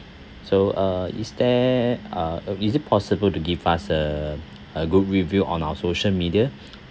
so uh is there uh is it possible to give us a a good review on our social media